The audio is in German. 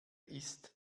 ist